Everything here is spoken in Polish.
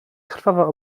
krwawa